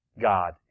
God